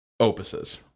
opuses